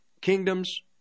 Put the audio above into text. kingdoms